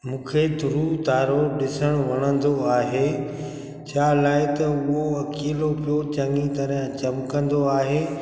मूंखे ध्रुव तारो ॾिसणु वणंदो आहे छा लाइ त उहो अकेलो पियो चङी तरह चमकंदो आहे